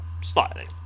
slightly